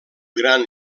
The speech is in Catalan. gran